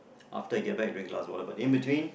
after I get back I drink a glass of water but in between